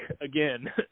again